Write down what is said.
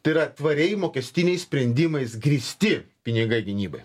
tai yra tvariai mokestiniais sprendimais grįsti pinigai gynybai